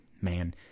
Man